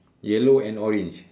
yellow and orange